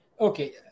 Okay